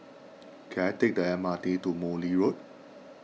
can I take the M R T to Morley Road